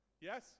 Yes